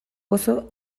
gozo